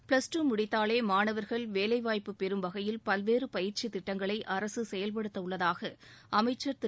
plus two முடித்தாலே மாணவர்கள் வேலைவாய்ப்பு பெறும் வகையில் பல்வேறு பயிற்சித் திட்டங்களை அரசு செயல்படுத்த உள்ளதாக அமைச்சர் திரு